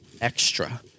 extra